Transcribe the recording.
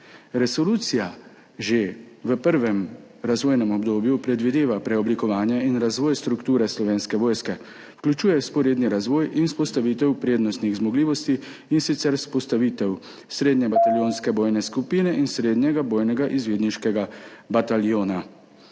Resolucija že v prvem razvojnem obdobju predvideva preoblikovanje in razvoj strukture Slovenske vojske, vključuje vzporedni razvoj in vzpostavitev prednostnih zmogljivosti, in sicer vzpostavitev srednje bataljonske bojne skupine in srednjega bojnega izvidniškega bataljona.